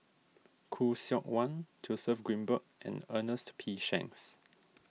Khoo Seok Wan Joseph Grimberg and Ernest P Shanks